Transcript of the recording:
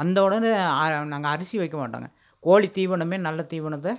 வந்த உடனே நாங்கள் அரிசி வைக்க மாட்டோங்க கோழித் தீவனமே நல்லத் தீவனத்தை